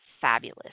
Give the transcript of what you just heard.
fabulous